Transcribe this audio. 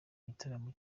igitaramo